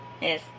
Yes